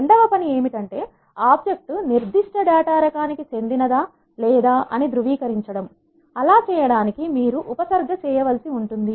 రెండవ పని ఏమిటంటే ఆబ్జెక్ట్ నిర్దిష్ట డేటా రకానికి చెందిన దా లేదా అని ధృవీకరించడం అలా చేయడానికి మీరు ఉపసర్గ చేయవలసి ఉంటుంది